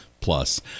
Plus